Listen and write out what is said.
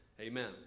amen